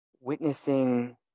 witnessing